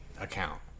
account